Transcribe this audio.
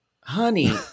Honey